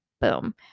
Boom